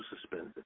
suspended